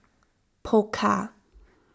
Pokka